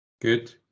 Good